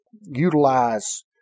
utilize